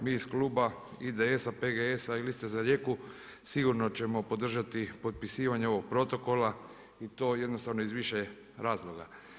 Mi iz kluba IDS-a, PGS-a i Liste za Rijeku sigurno ćemo podržati potpisivanje ovog protokola i to jednostavno iz više razloga.